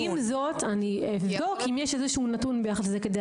עם זאת, אבדוק אם יש איזשהו נתון ביחס לזה.